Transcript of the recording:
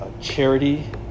charity